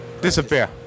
disappear